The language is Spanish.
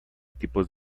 tipos